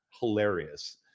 hilarious